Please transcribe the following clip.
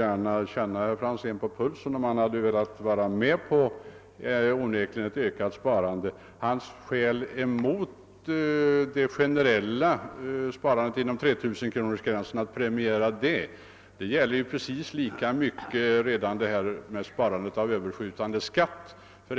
gärna känna herr Franzén i Motala på pulsen. Jag ville veta om han vill vara med om att genomföra ett ökat sparande. Hans skäl emot att premiera det generella sparandet inom 3 000-kronorsgränsen gäller lika mycket enbart sparande av överskjutande skatt.